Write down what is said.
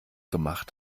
gemacht